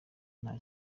nta